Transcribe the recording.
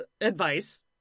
advice